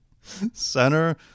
Center